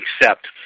accept